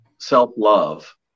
self-love